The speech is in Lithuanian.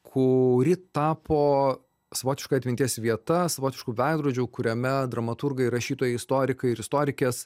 kuri tapo savotiška atminties vieta savotišku veidrodžiu kuriame dramaturgai rašytojai istorikai ir istorikės